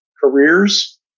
careers